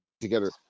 together